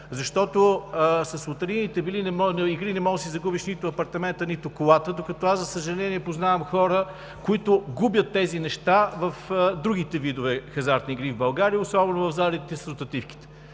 защото с лотарийните игри не може да си загубиш нито апартамента, нито колата, докато, за съжаление, познавам хора, които губят тези неща в другите видове хазартни игри в България, особено в залите с ротативките.